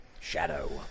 Shadow